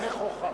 נכוחה.